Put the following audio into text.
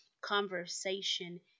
conversation